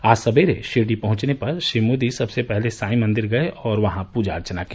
आज सकेरे शिरडी पहुंचने पर श्री मोदी सबसे पहले साई मंदिर गए और वहां पूजा अर्चना की